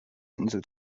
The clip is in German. insel